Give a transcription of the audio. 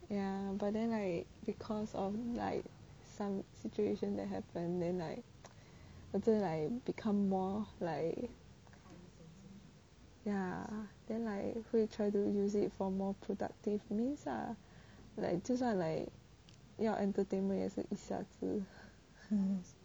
ya but then like because of like some situation that happen then like 我真的 like become more like ya then like 会 try to use it for more productive means ah like 就算 like 要 entertainment 也是一下子